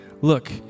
Look